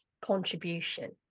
contribution